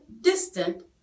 distant